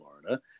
Florida